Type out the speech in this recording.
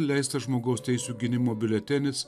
leista žmogaus teisių gynimo biuletenis